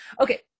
okay